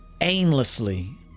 aimlessly